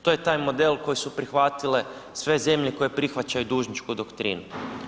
To je taj model koji su prihvatile sve zemlje koje prihvaćaju dužničku doktrinu.